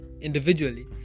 individually